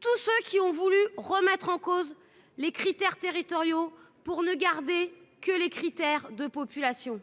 Tous ceux qui ont voulu remettre en cause les critères territoriaux pour ne garder que les critères de population,